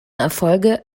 erfolge